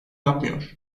yapmıyor